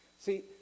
See